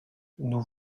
nous